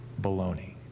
baloney